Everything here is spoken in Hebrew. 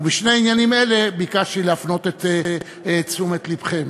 בשני עניינים אלה ביקשתי להפנות את תשומת לבכם.